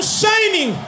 shining